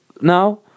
now